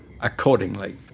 accordingly